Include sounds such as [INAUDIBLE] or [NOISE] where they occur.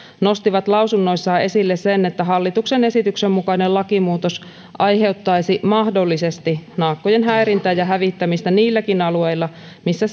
nostivat lausunnoissaan esille sen että hallituksen esityksen mukainen lakimuutos aiheuttaisi mahdollisesti naakkojen häirintää ja hävittämistä niilläkin alueilla missä [UNINTELLIGIBLE]